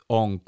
on